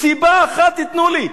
סיבה אחת תיתנו לי.